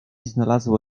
znalazło